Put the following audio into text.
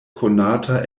konata